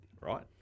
right